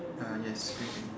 uh yes green bikini